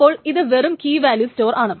അപ്പോൾ ഇത് വെറും കീ വാല്യൂ സ്റ്റോറാണ്